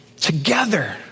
together